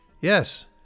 Yes